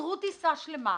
עצרו טיסה שלמה,